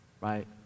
right